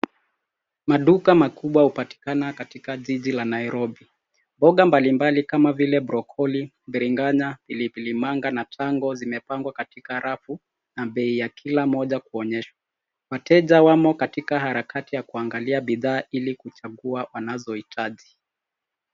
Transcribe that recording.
Maduka makubwa hupatikana katika jiji la Nairobi. Mboga mbalimbali kama vile brokoli, biringanya, pili manga na tango zimepangwa katika rafu na bei ya kila mmoja kuonyeshwa. Wateja wamo katika harakati ya kuangalia bidhaa ili kuchagua wanazohitaji.